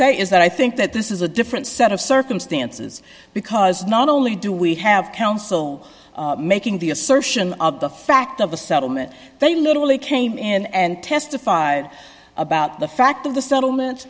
say is that i think that this is a different set of circumstances because not only do we have counsel making the assertion of the fact of a settlement they literally came and testified about the fact of the settlement